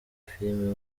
filime